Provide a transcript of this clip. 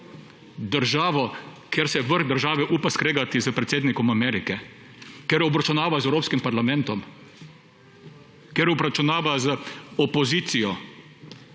Državo, ker se vrh države upa skregati s predsednikom Amerike, ker obračunava z Evropskim parlamentom, ker obračunava z opozicijo,